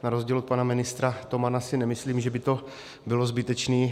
Na rozdíl od pana ministra Tomana si nemyslím, že by to bylo zbytečné.